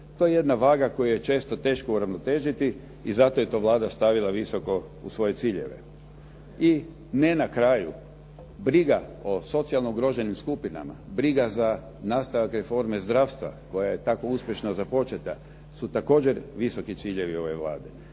To je jedna vaga koju je često teško uravnotežiti i zato je to Vlada stavila visoko u svoje ciljeve. I ne na kraju, briga o socijalno ugroženim skupinama, briga za nastavak reforme zdravstva koja je tako uspješno započeta su također visoki ciljevi ove Vlade